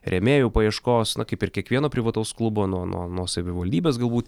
rėmėjų paieškos na kaip ir kiekvieno privataus klubo nuo nuo nuo savivaldybės galbūt